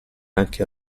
anche